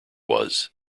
was